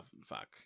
fuck